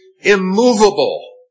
immovable